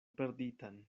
perditan